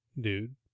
dude